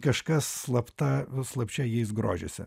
kažkas slapta slapčia jais grožisi